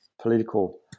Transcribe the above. political